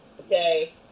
Okay